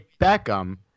Beckham